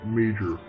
major